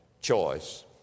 choice